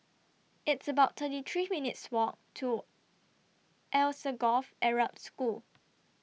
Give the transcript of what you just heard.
It's about thirty three minutes' Walk to Alsagoff Arab School